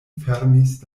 fermis